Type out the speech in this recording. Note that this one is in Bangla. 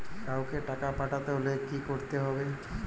কাওকে টাকা পাঠাতে হলে কি করতে হবে?